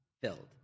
filled